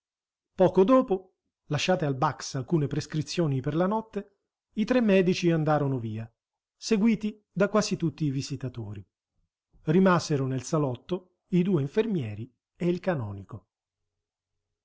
poco dopo lasciate al bax alcune prescrizioni per la notte i tre medici andarono via seguiti da quasi tutti i visitatori rimasero nel salotto i due infermieri e il canonico